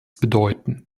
bedeuten